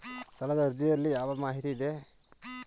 ಸಾಲದ ಅರ್ಜಿಯಲ್ಲಿ ಯಾವ ಮಾಹಿತಿ ಇದೆ?